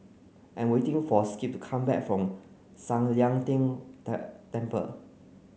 I'm waiting for Skip to come back from San Lian Deng Temple